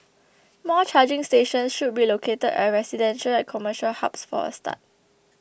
more charging stations should be located at residential and commercial hubs for a start